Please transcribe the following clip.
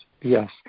yes